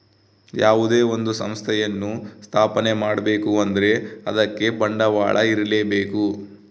ಯಾವುದೇ ಒಂದು ಸಂಸ್ಥೆಯನ್ನು ಸ್ಥಾಪನೆ ಮಾಡ್ಬೇಕು ಅಂದ್ರೆ ಅದಕ್ಕೆ ಬಂಡವಾಳ ಇರ್ಲೇಬೇಕು